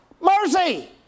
mercy